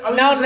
no